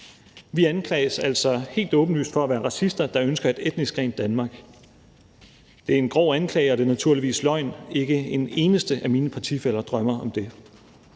Vi anklages altså helt åbenlyst for at være racister, der ønsker et etnisk rent Danmark. Det er en grov anklage, og det er naturligvis løgn – ikke en eneste af mine partifæller drømmer om det.